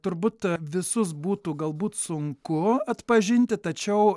turbūt visus būtų galbūt sunku atpažinti tačiau